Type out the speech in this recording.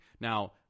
Now